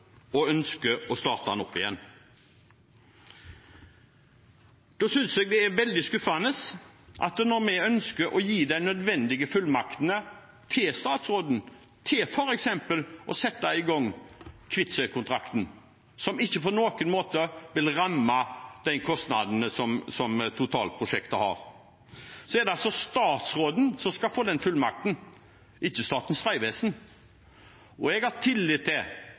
og ønsker å starte opp igjen. Da synes jeg dette er veldig skuffende. Vi ønsker å gi de nødvendige fullmaktene til statsråden til f.eks. å sette i gang Kvitsøy-kontrakten, som ikke på noen måte vil ramme de kostnadene som totalprosjektet har. Det er altså statsråden som skal få den fullmakten, ikke Statens vegvesen, og jeg har tillit til